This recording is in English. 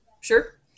Sure